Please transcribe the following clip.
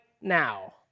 Now